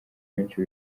benshi